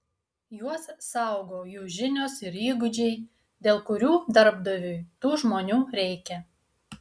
juos saugo jų žinios ir įgūdžiai dėl kurių darbdaviui tų žmonių reikia